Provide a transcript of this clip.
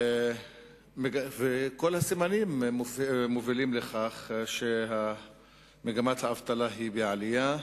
כל הסימנים מובילים לכך שמגמת האבטלה היא עלייה.